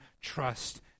trust